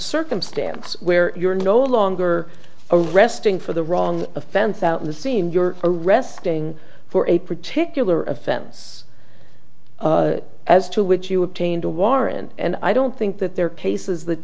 circumstance where you're no longer a resting for the wrong offense out in the scene you're arresting for a particular offense as to which you obtained a warrant and i don't think that there are cases